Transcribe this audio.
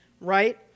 right